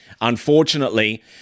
Unfortunately